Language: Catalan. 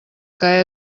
que